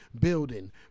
building